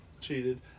cheated